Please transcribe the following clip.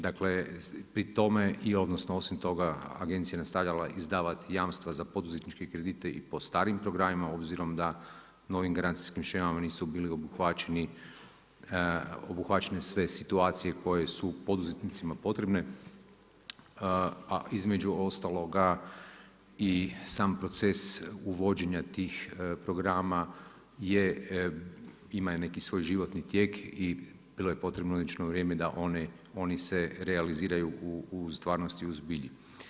Dakle, pri tome i osim toga, agencija je nastavljala izdavati jamstva za poduzetničke kredite i po starim programima obzirom da novim garancijskim shemama nisu bili obuhvaćene sve situacije koje su poduzetnicima potrebne a između ostaloga i sam proces uvođenja tih programa ima neki svoj životni tijek i bilo je potrebno određeno vrijeme da oni su realiziraju u stvarnosti, u zbilji.